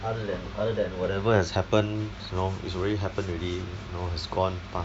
other than other than whatever has happened you know it's already happened already you know it's gone